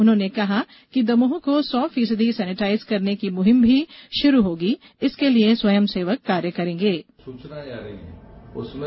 उन्होंने कहा कि दमोह को भी सौ फीसदी सेनेटाइज्ड करने की भी मुहिम भी शुरू होगी इसके लिये स्वयंसेवक कार्य करेगें